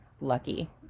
lucky